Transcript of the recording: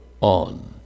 on